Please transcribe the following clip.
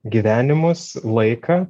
gyvenimus laiką